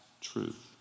truth